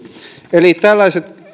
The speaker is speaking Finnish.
eli tällaiset